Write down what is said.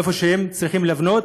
איפה שהם צריכים לבנות,